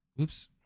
Oops